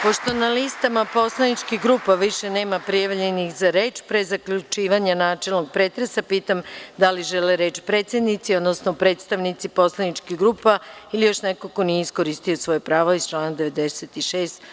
Pošto na listama poslaničkih grupa više nema prijavljenih za reč, pre zaključivanja načelnog pretresa, pitam da li žele reč predsednici, odnosno predstavnici poslaničkih grupa ili još neko ko nije iskoristio svoje pravo iz člana 96.